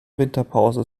winterpause